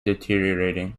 deteriorating